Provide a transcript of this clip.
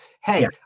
hey